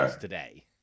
today